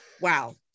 Wow